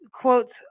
quotes